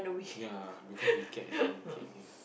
ya because we kept as a we kick him